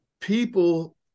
people